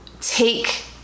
take